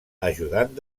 ajudant